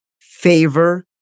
favor